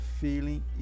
feeling